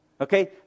Okay